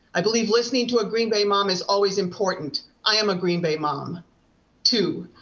i believe listening to a green bay mom is always important. i am a green bay mom too,